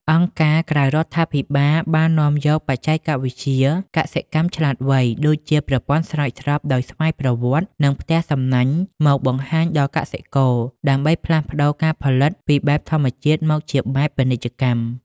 អង្គការក្រៅរដ្ឋាភិបាលបាននាំយកបច្ចេកវិទ្យាកសិកម្មវៃឆ្លាត ដូចជាប្រព័ន្ធស្រោចស្រពដោយស្វ័យប្រវត្តិ និងផ្ទះសំណាញ់មកបង្ហាញដល់កសិករ ដើម្បីផ្លាស់ប្តូរការផលិតពីបែបធម្មជាតិមកជាបែបពាណិជ្ជកម្ម។